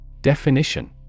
Definition